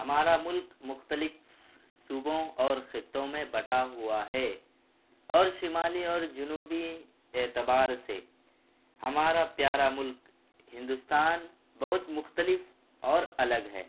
ہمارا ملک مختلف صوبوں اور خطوں میں بٹا ہوا ہے اور شمالی اور جنوبی اعتبار سے ہمارا پیارا ملک ہندوستان بہت مختلف اور الگ ہے